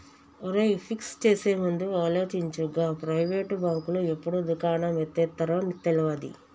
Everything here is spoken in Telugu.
ఒరేయ్, ఫిక్స్ చేసేముందు ఆలోచించు, గా ప్రైవేటు బాంకులు ఎప్పుడు దుకాణం ఎత్తేత్తరో తెల్వది